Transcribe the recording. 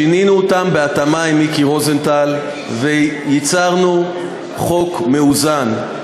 שינינו אותם בהתאמה עם מיקי רוזנטל וייצרנו חוק מאוזן.